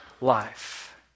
life